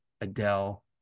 Adele